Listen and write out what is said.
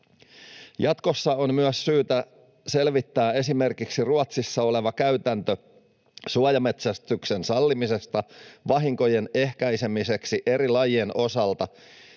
Jatkossa on myös syytä selvittää esimerkiksi Ruotsissa oleva käytäntö suojametsästyksen sallimisesta vahinkojen ehkäisemiseksi eri lajien osalta